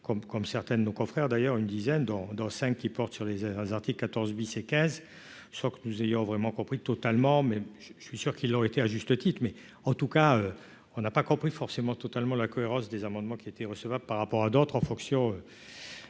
comme certaines de nos confrères d'ailleurs une dizaine dans dans cinq, qui porte sur les articles 14 bis et quinze sans que nous ayons vraiment compris totalement mais je suis sûr qu'il aurait été à juste titre, mais en tout cas on n'a pas compris forcément totalement la cohérence des amendements qui étaient recevables par rapport à d'autres en fonction